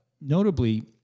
notably